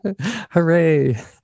hooray